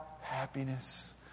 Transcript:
happiness